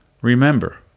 Remember